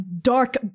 dark